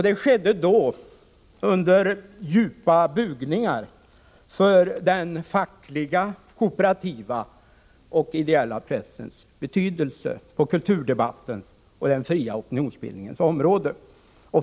Det skedde då under djupa bugningar för den fackliga, kooperativa och ideella pressens betydelse på kulturdebattens och den fria opinionsbildningens område.